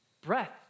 breath